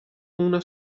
una